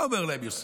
מה אומר להם יוסף?